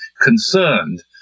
concerned